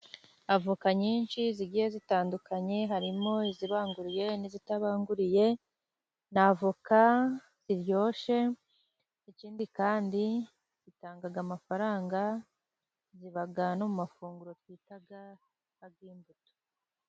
Avoka nyinshi zigiye zitandukanye, harimo izibanguriye n'izitabanguriye, ni avoka ziryoshye, ikindi kandi zitanga amafaranga ziba no mu mafunguro twita ko ari imbuto.